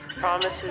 promises